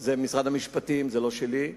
זה משרד המשפטים, זה לא שלי,